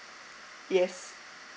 yes